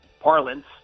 parlance